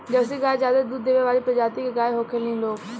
Jersey गाय ज्यादे दूध देवे वाली प्रजाति के गाय होखेली लोग